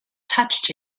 touched